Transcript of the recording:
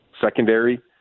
secondary